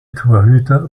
torhüter